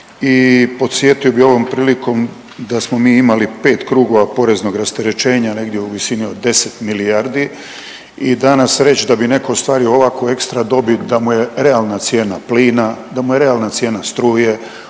i podsjetio bih ovom prilikom da smo mi imali 5 krugova poreznog rasterećenja negdje u visini od 10 milijardi i danas reći da bi netko ostvario ovako ekstra dobit da mu je realna cijena plina, da mu je realna cijena struje,